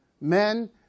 men